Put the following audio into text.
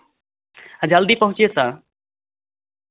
हाँ जल्दी पहुँचिए सर